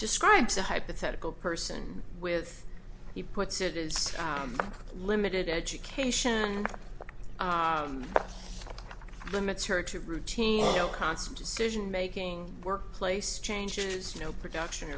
describes a hypothetical person with you puts it is limited education and limits her to routine constant cision making workplace changes you know production